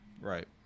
Right